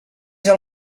del